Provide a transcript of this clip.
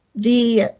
the.